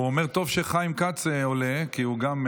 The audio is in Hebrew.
הוא אומר שטוב שחיים כץ עולה, כי הוא גם,